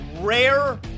rare